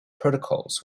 protocols